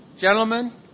Gentlemen